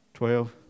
Twelve